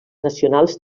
nacionals